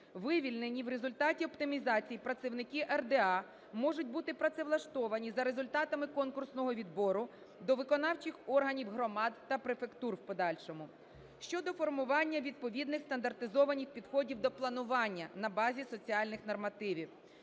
Вивільнені у результаті оптимізації працівники РДА можуть бути працевлаштовані за результатами конкурсного відбору до виконавчих органів громад та префектур в подальшому. Щодо формування відповідних стандартизованих підходів до планування на базі соціальних нормативів.